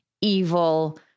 evil